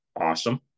awesome